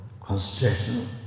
concentration